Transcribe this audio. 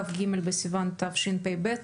כ"ג בסיון התשפ"ב,